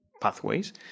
pathways